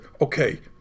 okay